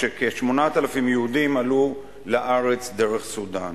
כשכ-8,000 יהודים עלו לארץ דרך סודן.